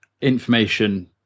information